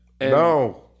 No